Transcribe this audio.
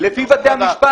יעקב אשר, אתה רוצה להתייחס?